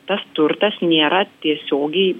tas turtas nėra tiesiogiai